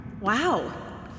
Wow